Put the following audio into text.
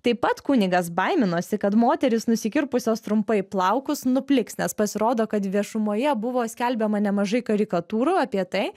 taip pat kunigas baiminosi kad moterys nusikirpusios trumpai plaukus nupliks nes pasirodo kad viešumoje buvo skelbiama nemažai karikatūrų apie tai